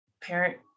parent